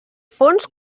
fons